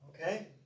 Okay